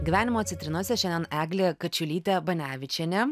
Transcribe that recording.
gyvenimo citrinose šiandien eglė kačiulytė banevičienė